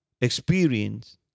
experience